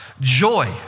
joy